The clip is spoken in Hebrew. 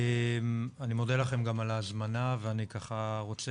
אני מודה לכם גם על ההזמנה ואני רוצה